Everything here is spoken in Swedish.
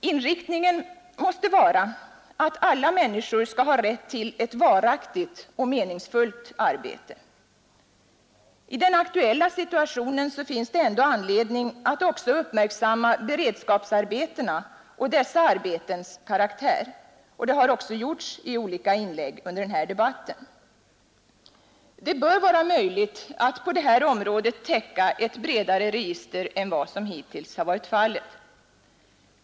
Inriktningen måste vara att alla människor skall ha rätt till ett varaktigt och meningsfullt arbete. I den aktuella situationen finns det ändå anledning att också uppmärksamma beredskapsarbetena och dessa arbetens karaktär, och det har också gjorts i olika inlägg i denna debatt. Det bör vara möjligt att på detta område täcka ett bredare register än vad som hittills varit fallet.